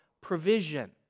provision